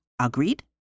Agreed